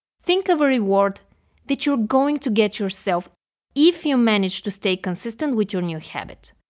think of a reward that you're going to get yourself if you manage to stay consistent with your new habit.